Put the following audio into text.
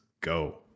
go